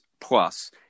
plus